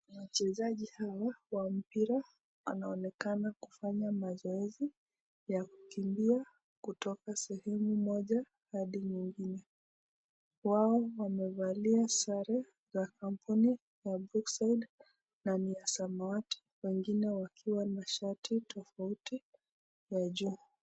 Wachezaji hawa wa mpira wanaonekana kufanya mazoezi ya kukimbia kutoka sehemu moja hadi nyingine. Wao wamevalia sare za kampuni ya Brookside na ni samawati wengine wakiwa na shati tofauti ya juu.